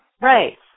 Right